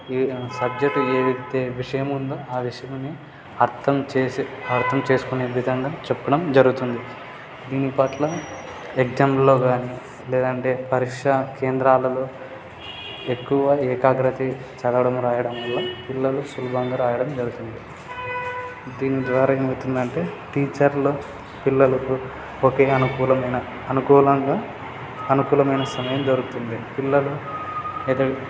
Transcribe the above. ఏ subject ఏదైతే విషయం ఉందో ఆ విషయాన్ని అర్థం చేసే అర్థం చేసుకునే విధంగా చెప్పడం జరుగుతుంది దీని పట్ల ఎగ్జాములో కానీ లేదంటే పరీక్ష కేంద్రాలలో ఎక్కువ ఏకాగ్రత చదవడం వ్రాయడంలో పిల్లలు సులభంగా వ్రాయడం జరుగుతుంది దీని ద్వారా ఏమవుతుంది అంటే టీచర్లు పిల్లలు ఒకే అనుకూలమైన అనుకూలంగా అనుకూలమైన సమయం దొరుకుతుంది పిల్లలు ఎదగ